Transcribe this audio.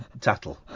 tattle